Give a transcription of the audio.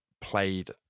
played